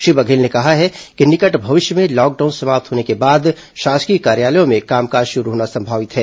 श्री बघेल ने कहा है कि निकट भविष्य में लॉकडाउन समाप्त होने के बाद शासकीय कार्यालयों में कामकाज शुरू होना संभावित है